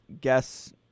guess